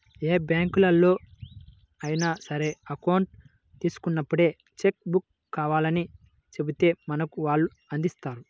ఏ బ్యాంకులో అయినా సరే అకౌంట్ తీసుకున్నప్పుడే చెక్కు బుక్కు కావాలని చెబితే మనకు వాళ్ళు అందిస్తారు